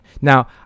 Now